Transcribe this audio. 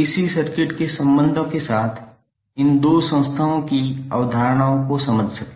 AC circuit के संबंधों के साथ इन दो संस्थाओं की अवधारणाओं को समझ सकें